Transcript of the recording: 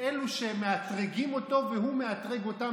אלו שמאתרגים אותו והוא מאתרג אותם,